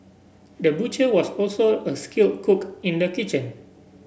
the butcher was also a skilled cook in the kitchen